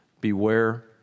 Beware